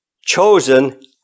chosen